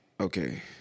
Okay